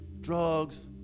drugs